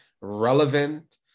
relevant